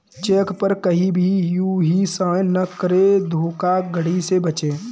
check पर कहीं भी यू हीं साइन न करें धोखाधड़ी से बचे